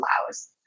allows